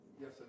Yes